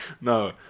No